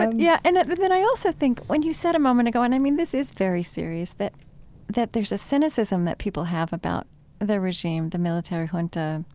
yeah. and then i also think, when you said a moment ago, and i mean, this is very serious, that that there's a cynicism that people have about the regime, the military junta,